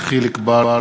נתקבלה.